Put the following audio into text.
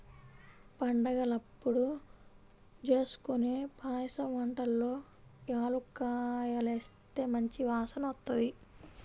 పండగలప్పుడు జేస్కొనే పాయసం వంటల్లో యాలుక్కాయాలేస్తే మంచి వాసనొత్తది